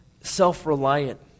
self-reliant